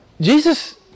Jesus